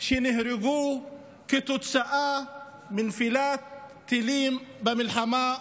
שנהרגו כתוצאה מנפילת טילים במלחמה הזאת.